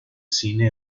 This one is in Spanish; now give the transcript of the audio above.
cine